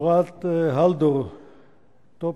חברת "האלדור טופסה"